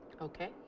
Okay